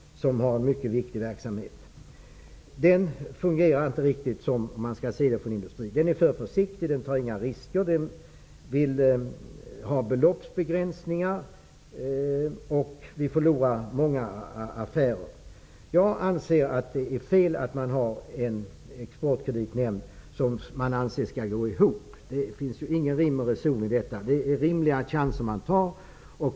Den bedriver en mycket viktig verksamhet. Den fungerar inte riktigt som den skall för industrin. Den är för försiktig och tar inga risker. Den vill ha beloppsbegränsningar. Vi förlorar många affärer på detta. Jag anser att det är fel att ha en exportkreditnämnd som man anser skall ekonomiskt gå ihop. Det finns ju inte rim och reson i detta. Det är rimliga chanser som tas.